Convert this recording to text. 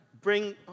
bring